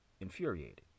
infuriated